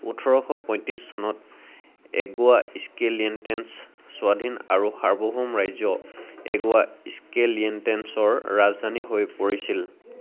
ওঠৰশ পঁয়ত্ৰিছ চনত এগুয়াস্কেলিয়েণ্টেছ স্বাধীন আৰু সাৰ্বভৌম ৰাজ্য এগুয়াস্কেলিয়েণ্টেছৰ ৰাজধানী হৈ পৰিছিল